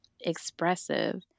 expressive